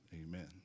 Amen